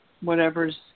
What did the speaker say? whatever's